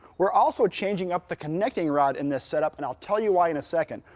we're also changing up the connecting rod in this setup and i'll tell you why in a second.